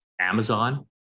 Amazon